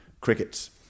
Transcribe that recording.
Crickets